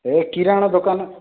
ସେ କିରାଣ ଦୋକାନ